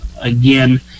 again